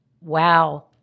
Wow